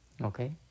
okay